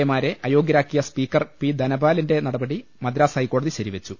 A മാരെ അയോഗ്യരാക്കിയ speaker P ധനപാലിന്റെ നടപടി മദ്രാസ് ഹൈക്കോടതി ശരി വെച്ചു